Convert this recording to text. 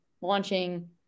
launching